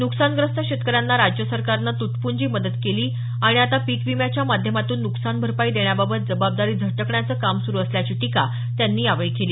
नुकसानग्रस्त शेतकऱ्यांना राज्य सरकारनं तुटपुंजी मदत केली आणि आता पिक विम्याच्या माध्यमातून नुकसान भरपाई देण्याबाबत जबाबदारी झटकण्याचं काम सुरू असल्याची टीका त्यांनी यावेळी केली